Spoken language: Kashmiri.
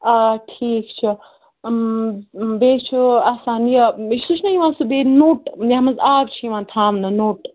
آ ٹھیٖک چھُ بیٚیہِ چھُ آسان یہِ سُہ چھُنا یِوان سُہ بیٚیہِ نوٚٹ یَتھ منٛز آب چھُ یِوان تھاونہٕ نوٚٹ